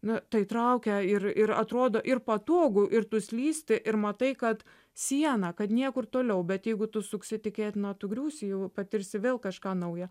na tai traukia ir ir atrodo ir patogu ir tu slysti ir matai kad siena kad niekur toliau bet jeigu tu suksi tikėtina tu griūsi jau patirsi vėl kažką nauja